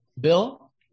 Bill